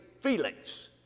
Felix